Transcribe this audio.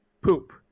poop